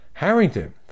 Harrington